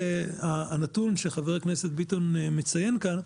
הנתון שחבר הכנסת ביטון מציין כאן,